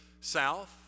south